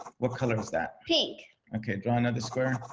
what color is that? pink. okay, draw another square.